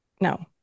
no